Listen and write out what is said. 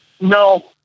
No